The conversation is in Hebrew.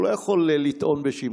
לא יכול לטעון בשמך.